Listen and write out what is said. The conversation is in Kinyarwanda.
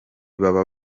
baba